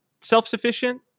self-sufficient